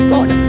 God